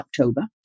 October